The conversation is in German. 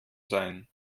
sein